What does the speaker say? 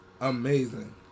amazing